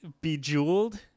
bejeweled